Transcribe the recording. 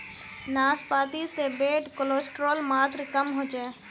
नाश्पाती से bad cholesterol मात्र कम होचे